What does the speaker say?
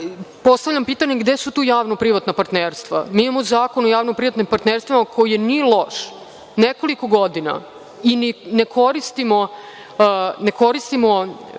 postavljam pitanje gde su tu javno-privatna partnerstva. Mi imamo Zakon o javno privatnom partnerstvu koji nije loš. Nekoliko godina mi ne koristimo